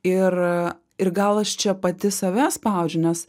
ir ir gal aš čia pati save spaudžiu nes